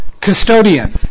custodian